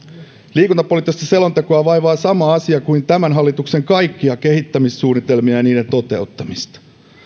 liikuntapoliittista selontekoa vaivaa sama asia kuin tämän hallituksen kaikkia kehittämissuunnitelmia ja niiden toteuttamista